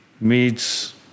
meets